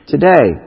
Today